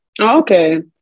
Okay